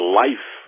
life